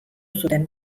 zuten